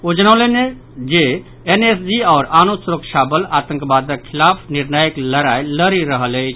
ओ जनौलनि जे एनएसजी आओर आनो सुरक्षा बल आतंकवादक खिलाफ निर्णायक लड़ाई लड़ि रहल अछि